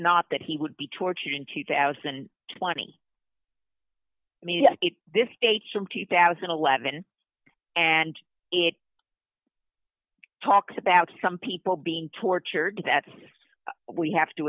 not that he would be tortured in two thousand and twenty maybe it's this dates from two thousand and eleven and it talks about some people being tortured that's we have to